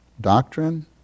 doctrine